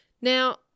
Now